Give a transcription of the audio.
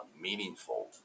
meaningful